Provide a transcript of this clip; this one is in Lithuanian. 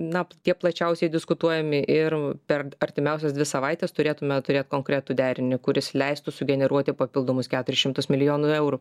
na tie plačiausiai diskutuojami ir per artimiausias dvi savaites turėtume turėt konkretų derinį kuris leistų sugeneruoti papildomus keturis šimtus milijonų eurų